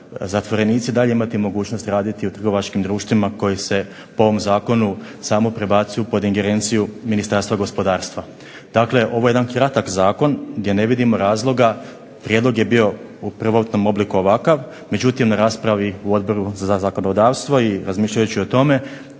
zatvorenici i dalje imati mogućnosti raditi u trgovačkim društvima koji se po ovom zakonu samo prebacuju pod ingerenciju Ministarstva gospodarstva. Dakle, ovo je jedan kratak zakon gdje ne vidimo razloga, prijedlog je bio u prvotnom obliku ovakav međutim na raspravi u Odboru za zakonodavstvo i razmišljajući o tome